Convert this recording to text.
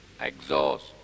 exhaust